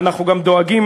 אנחנו גם דואגים,